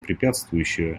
препятствующие